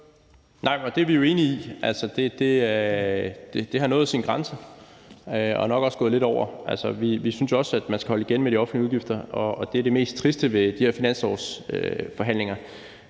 (KF): Det er vi jo enige i. Det har nået sin grænse, og det er nok også gået lidt over. Vi synes også, at man skal holde igen med de offentlige udgifter, og det er det mest triste ved de her finanslovsforhandlinger,